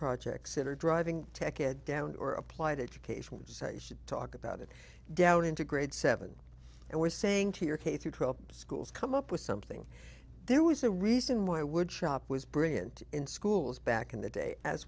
projects that are driving tech a down or applied education should talk about it down into grade seven and we're saying to your k through twelve schools come up with something there was a reason why woodshop was brilliant in schools back in the day as